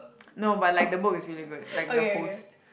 no but like the book is really good like the Host